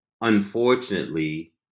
unfortunately